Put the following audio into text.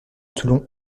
toulon